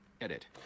edit